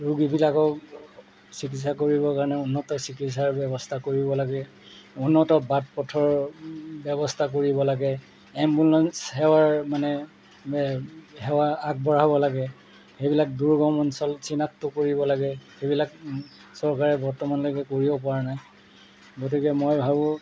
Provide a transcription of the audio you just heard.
ৰোগীবিলাকক চিকিৎসা কৰিবৰ কাৰণে উন্নত চিকিৎসাৰ ব্যৱস্থা কৰিব লাগে উন্নত বাট পথৰ ব্যৱস্থা কৰিব লাগে এম্বুলেন্স সেৱাৰ মানে সেৱা আগবঢ়াব লাগে সেইবিলাক দূৰ্গম অঞ্চল চিনাক্ত কৰিব লাগে সেইবিলাক চৰকাৰে বৰ্তমানলৈকে কৰিব পৰা নাই গতিকে মই ভাবোঁ